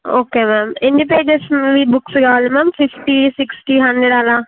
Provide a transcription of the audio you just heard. okay ma'am ఎన్నిపేజెస్వి books కావాలి ma'am fifty sixty hundred అలా